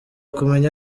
kumenya